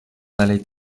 allaient